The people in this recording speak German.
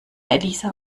elisa